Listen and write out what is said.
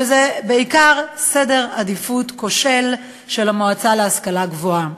ובעיקר סדר עדיפויות כושל של המועצה להשכלה גבוהה.